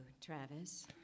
Travis